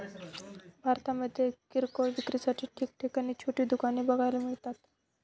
भारतामध्ये किरकोळ विक्रीसाठी ठिकठिकाणी छोटी दुकाने बघायला मिळतात